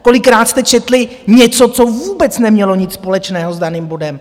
Kolikrát jste četli něco, co vůbec nemělo nic společného s daným bodem!